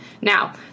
Now